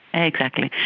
exactly,